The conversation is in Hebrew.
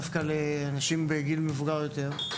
דווקא לאנשים בגיל מבוגר יותר.